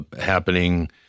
happening